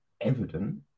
evident